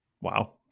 Wow